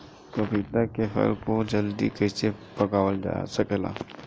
पपिता के फल को जल्दी कइसे पकावल जा सकेला?